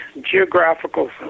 geographical